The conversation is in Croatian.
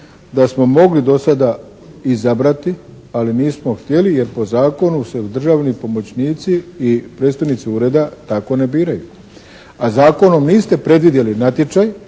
da smo mogli do sada izabrati, ali nismo htjeli jer po zakonu se državni pomoćnici i predstavnici ureda tako ne biraju. A zakonom niste predvidjeli natječaj,